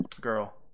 girl